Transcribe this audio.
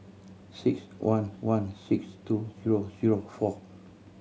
six one one six two zero zero four